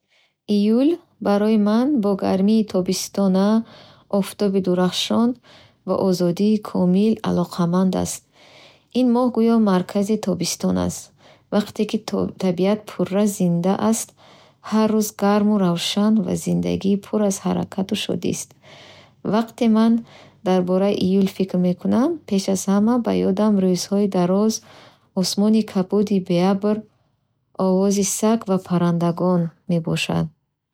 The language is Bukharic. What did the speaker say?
Июл барои ман бо гармии тобистона, офтоби дурахшон ва озодии комил алоқаманд аст. Ин моҳ гӯё маркази тобистон аст. Вақте ки тоб...табиат пурра зинда аст, ҳар рӯз гарму равшан, ва зиндагӣ пур аз ҳаракату шодист. Вақте ман дар бораи июл фикр мекунам, пеш аз ҳама ба ёдам рӯзҳои дароз, осмони кабуди беабр, овози саг ва паррандагон мебошад.